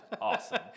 Awesome